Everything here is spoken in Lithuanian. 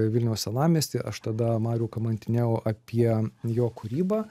vilniaus senamiesty aš tada marių kamantinėjau apie jo kūrybą